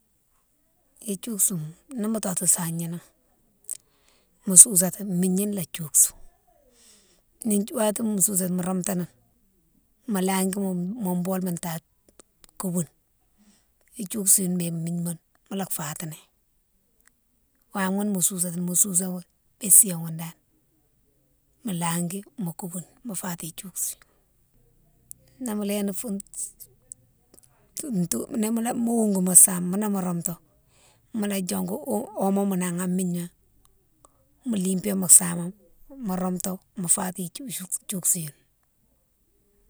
idiousi younne nimo totou sahigna nan mo sousati migna la diouksou, ni watima mo sousati mo roumtini, mo langui mo bolma date kouboune, idiouksou younne bé migne younne mola fatini, wamounne, mo sousati mo sousaghounne di siyé ghounne dane, mo langui mo kouboune mo fati idioukse. Ni mo léni fou ni mo wougou mo sama ni mo roumtou, mola diogou omo nan an migna mo lipa mo sama mo roumtou mo fati idioukse, idiouksé younne.